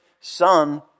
son